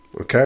Okay